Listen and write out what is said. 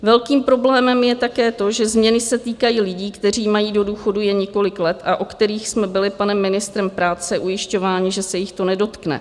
Velkým problémem je také to, že změny se týkají lidí, kteří mají do důchodu jen několik let a o kterých jsme byli panem ministrem práce ujišťováni, že se jich to nedotkne.